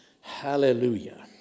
Hallelujah